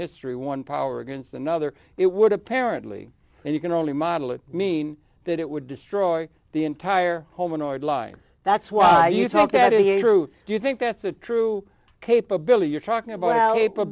history one power against another it would apparently and you can only model it mean that it would destroy the entire home annoyed lie that's why you talk that hebrew do you think that's a true capability you're talking about